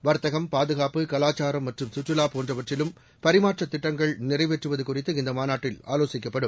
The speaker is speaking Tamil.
வர்த்தகம் பாதுகாப்பு கலாச்சாரம் மற்றம் கற்றுலா போன்றவற்றிலும் பரிமாற்ற திட்டங்கள் நிறைவேற்றுவது குறித்து இந்த மாநாட்டில் ஆலோசிக்கப்படும்